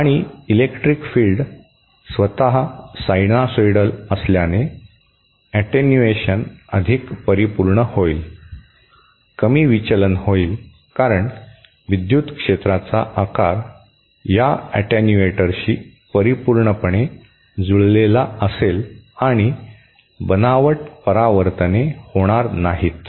आणि electric field स्वतः sinusoidal असल्याने ऍटेन्युएशन अधिक परिपूर्ण होईल कमी विचलन होईल कारण विद्युत क्षेत्राचा आकार या ऍटेन्युएटरशी परिपूर्णपणे जुळलेला असेल आणि बनावट परावर्तने होणार नाहीत